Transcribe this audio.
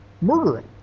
murdering